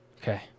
Okay